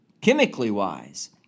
chemically-wise